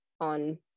on